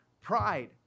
pride